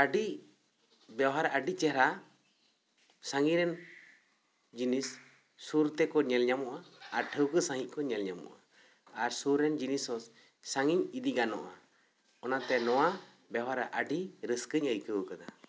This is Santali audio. ᱟᱹᱰᱤ ᱵᱮᱣᱦᱟᱨ ᱟᱹᱰᱤ ᱪᱮᱦᱨᱟ ᱥᱟᱺᱜᱤᱧ ᱨᱮᱱ ᱡᱤᱱᱤᱥ ᱥᱩᱨ ᱛᱮᱠᱚ ᱧᱮᱞ ᱧᱟᱢᱚᱜᱼᱟ ᱟᱨ ᱴᱷᱟᱹᱣᱠᱟᱹ ᱥᱟᱺᱦᱤᱡ ᱠᱚ ᱧᱮᱞ ᱧᱟᱢᱚᱜᱼᱟ ᱟᱨ ᱥᱩᱨ ᱨᱮᱱ ᱡᱤᱱᱤᱥ ᱦᱚᱸ ᱥᱟᱺᱜᱤᱧ ᱤᱫᱤ ᱜᱟᱱᱚᱜᱼᱟ ᱚᱱᱟᱛᱮ ᱱᱚᱣᱟ ᱵᱮᱣᱦᱟᱨ ᱨᱮ ᱟᱹᱰᱤ ᱨᱟᱹᱥᱠᱟᱹᱧ ᱟᱹᱭᱠᱟᱹᱣ ᱠᱟᱫᱟ